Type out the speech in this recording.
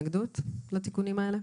יש לכם התנגדות לתיקונים האלה?